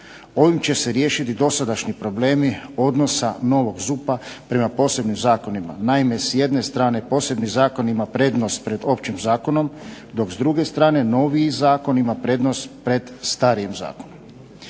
Ovim će se riješiti dosadašnji problemi novog ZUP-a prema posebnim zakonima. Naime, s jedne strane posebni zakon ima prednost pred općim zakonom, dok s druge strane novi zakon ima prednost pred starijim zakonom.